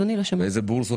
יש הרבה מאוד בורסות